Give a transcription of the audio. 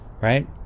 right